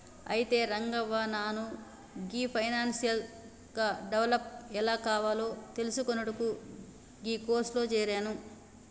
అయితే రంగవ్వ నాను గీ ఫైనాన్షియల్ గా డెవలప్ ఎలా కావాలో తెలిసికొనుటకు గీ కోర్సులో జేరాను